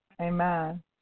Amen